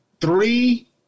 three